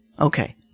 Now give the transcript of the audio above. Okay